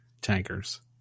tankers